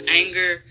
anger